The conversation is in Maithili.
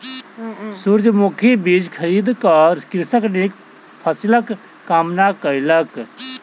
सूरजमुखी बीज खरीद क कृषक नीक फसिलक कामना कयलक